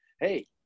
hey